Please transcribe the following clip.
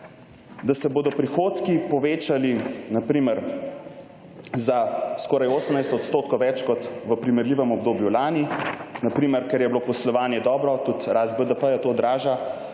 da se bodo prihodki povečali, na primer, za skoraj 18 % več kot v primerljivem obdobju lani, na primer, ker je bilo poslovanje dobro, tudi rast BDP to odraža,